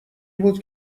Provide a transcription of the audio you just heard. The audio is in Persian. بود